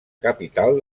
capital